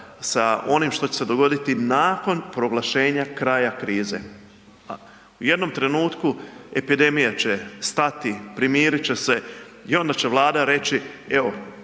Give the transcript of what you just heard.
sa onim što će se dogoditi nakon proglašenja kraja krize. U jednom trenutku epidemija će stati, primirit će se i onda će Vlada reći evo